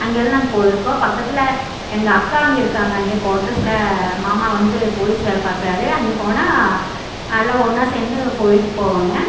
அங்கெல்லாம் நாங்கள் போயிருக்கோம் பக்கத்தில் எங்கே அக்கா அங்கே இருக்காங்க அங்கே கு கோட்ரெஸில் மாமா வந்து போலீஸ் வேலை பார்க்குறாரு அங்கே போனால் எல்லாம் ஒன்னா சேர்ந்து கோவிலுக்கு போவோங்க